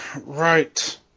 Right